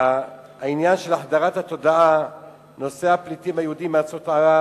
העניין של החדרת נושא הפליטים היהודים מארצות ערב